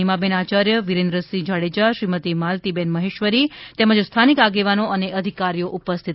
નિમાબેન આયાર્ય વિરેન્દ્રસિંહ જાડેજા શ્રીમતી માલતીબેન મહેશ્વરી તેમજ સ્થાનિક આગેવાનો અને અધિકારીશ્રીઓ ઉપસ્થિત રહ્યા હતા